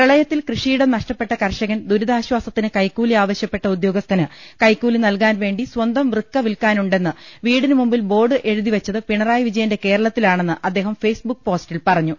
പ്രളയത്തിൽ കൃഷിയിടം നഷ്ടപ്പെട്ട കർഷകൻ ദൂരിതാശ്വാസത്തിന് കൈക്കൂലി ആവശ്യപ്പെട്ട ഉദ്യോ ഗസ്ഥന് കൈക്കൂലി നൽകാൻ വേണ്ടി സ്വന്തം വൃക്ക വിൽക്കാ നുണ്ടെന്ന് വീടിന് മുമ്പിൽ ബോർഡ് എഴുതിവെച്ചത് പിണറായി വിജയന്റെ കേരളത്തിലാണെന്ന് അദ്ദേഹം ഫെയ്സ്ബുക്ക് പോസ്റ്റിൽ പറഞ്ഞു